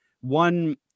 one